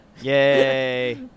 Yay